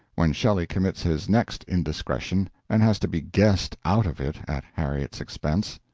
when shelley commits his next indiscretion and has to be guessed out of it at harriet's expense.